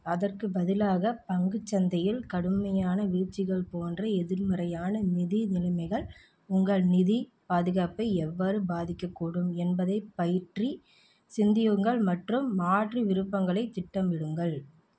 அதற்கு பதிலாக பங்குச் சந்தையில் கடுமையான வீழ்ச்சிகள் போன்ற எதிர்மறையான நிதி நிலைமைகள் உங்கள் நிதிப் பாதுகாப்பை எவ்வாறு பாதிக்கக்கூடும் என்பதைப் பற்றி சிந்தியுங்கள் மற்றும் மாற்று விருப்பங்களைத் திட்டமிடுங்கள்